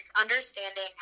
understanding